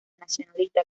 nacionalista